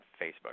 Facebook